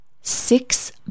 Six